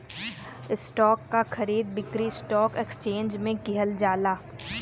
stock क खरीद बिक्री स्टॉक एक्सचेंज में किहल जाला